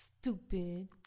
stupid